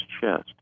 chest